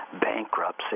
bankruptcy